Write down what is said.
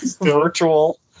Virtual